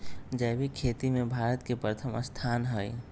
जैविक खेती में भारत के प्रथम स्थान हई